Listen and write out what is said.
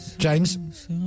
James